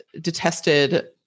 detested